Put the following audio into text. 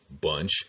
Bunch